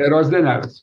geros dienelės